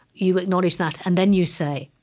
you acknowledge that, and then you say,